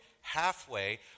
halfway